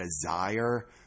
desire